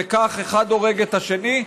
וכך אחד הורג את השני,